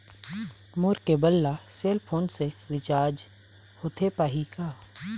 मोर cable ला cell phone से recharge होथे पाही का?